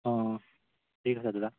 অঁ ঠিক আছে দাদা